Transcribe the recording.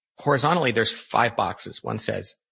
horizontally, there's five boxes. one says,